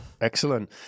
Excellent